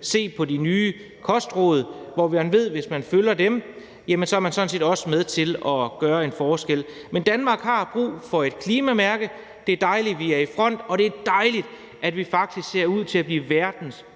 se på de nye kostråd, hvor man ved, at hvis man følger dem, er man sådan set også med til at gøre en forskel. Men Danmark har brug for et klimamærke, det er dejligt, vi er i front, og det er dejligt, at vi faktisk ser ud til at blive verdens første